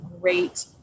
great